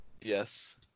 Yes